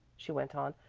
she went on,